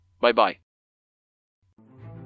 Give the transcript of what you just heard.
Bye-bye